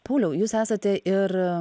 pauliau jūs esate ir